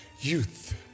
youth